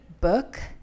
book